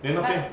then 那边